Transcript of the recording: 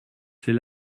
c’est